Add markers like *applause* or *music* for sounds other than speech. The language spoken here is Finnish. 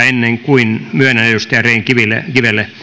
*unintelligible* ennen kuin myönnän puheenvuoron edustaja rehn kivelle